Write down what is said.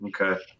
okay